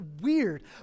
weird